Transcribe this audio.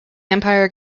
empire